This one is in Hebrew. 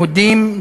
יהודים,